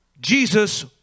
Jesus